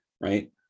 right